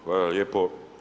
Hvala lijepo.